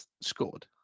scored